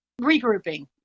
regrouping